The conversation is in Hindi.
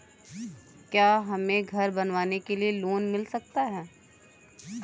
क्या हमें घर बनवाने के लिए लोन मिल सकता है?